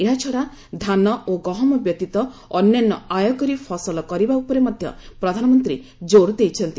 ଏହାଛଡ଼ା ଧାନ ଓ ଗହମ ବ୍ୟତୀତ ଅନ୍ୟାନ୍ୟ ଆୟକରୀ ଫସଲ କରିବା ଉପରେ ମଧ୍ୟ ପ୍ରଧାନମନ୍ତ୍ରୀ ଜୋର୍ ଦେଇଛନ୍ତି